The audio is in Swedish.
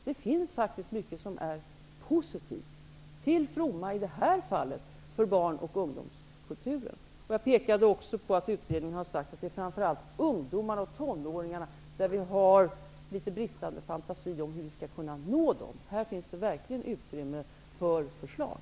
Det finns faktiskt mycket som är positivt, i det här fallet till fromma för barnoch ungdomskulturen. Jag pekade också på att det enligt utredningen brister i fantasin när det gäller att nå framför allt barn, ungdomar och tonåringar. Här finns det verkligen utrymme för förslag.